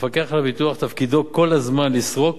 המפקח על הביטוח תפקידו כל הזמן לסרוק,